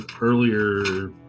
earlier